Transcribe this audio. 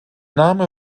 name